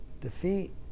defeat